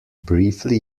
briefly